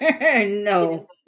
No